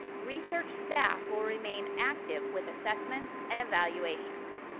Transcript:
research staff will remain active with assessments and evaluation.